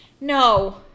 no